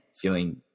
feeling